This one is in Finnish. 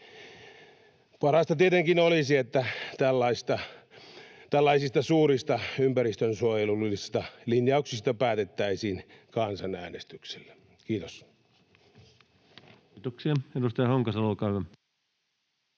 Parasta tietenkin olisi, että tällaisista suurista ympäristönsuojelullisista linjauksista päätettäisiin kansanäänestyksellä. — Kiitos. [Speech 149] Speaker: